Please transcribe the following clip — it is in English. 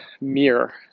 mirror